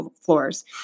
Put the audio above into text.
floors